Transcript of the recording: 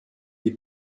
die